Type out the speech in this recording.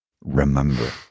remember